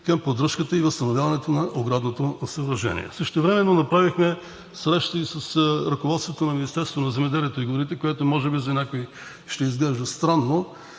към поддръжката и възстановяването на оградното съоръжение. Същевременно направихме среща и с ръководството на Министерството на земеделието и горите, което може би за някои ще изглежда странно,